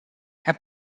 had